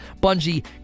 bungie